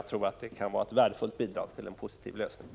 Jag tror att det kan vara ett värdefullt bidrag till en positiv lösning.